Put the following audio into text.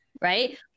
right